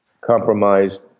compromised